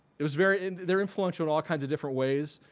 it was very they're influential in all kinds of different ways.